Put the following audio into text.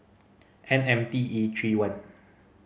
N M T E three one